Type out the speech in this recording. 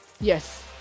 yes